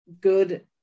good